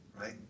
right